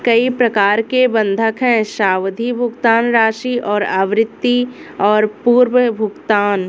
कई प्रकार के बंधक हैं, सावधि, भुगतान राशि और आवृत्ति और पूर्व भुगतान